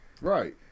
Right